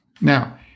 Now